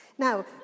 Now